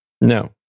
No